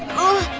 oh.